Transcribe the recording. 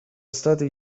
stati